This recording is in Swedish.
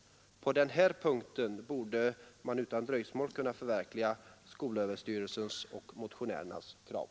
På den punkten borde man utan dröjsmål kunna förverkliga skolöverstyrelsens och motionärernas krav.